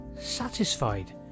satisfied